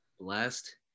Blessed